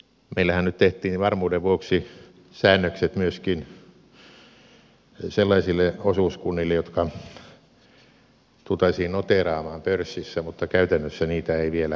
meillähän nyt tehtiin varmuuden vuoksi säännökset myöskin sellaisille osuuskunnille jotka tultaisiin noteeraamaan pörssissä mutta käytännössä niitä ei vielä ole